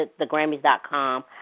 thegrammys.com